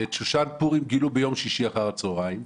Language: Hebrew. ואת שושן פורים הם גילו ביום שישי אחר הצוהריים.